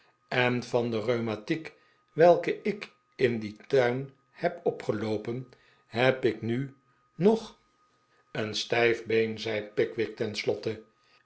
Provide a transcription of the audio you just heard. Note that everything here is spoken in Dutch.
en van de rheumatiek welke ik in dien tuin heb opgeloopen heb ik nu nog een stijf been zei pickwick